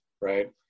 right